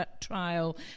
trial